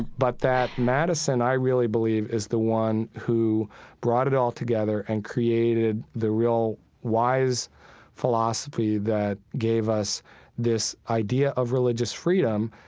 but that madison, i really believe, is the one who brought it all together and created the real wise philosophy philosophy that gave us this idea of religious freedom,